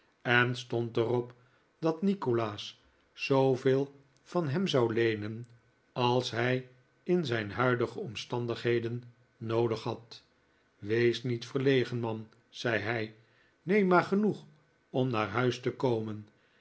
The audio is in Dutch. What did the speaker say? en stond er op dat nikolaas zooveel van hem zou leenen als hij in zijn huidige omstandigheden noodig had wees niet verlegen man zei hij neem maar genoeg om naar huis te komen